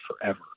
forever